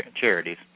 charities